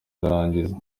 ndarangiza